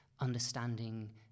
Understanding